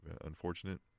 unfortunate